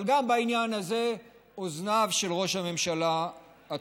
אבל גם בעניין הזה אוזניו של ראש הממשלה אטומות.